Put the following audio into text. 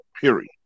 period